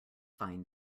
fine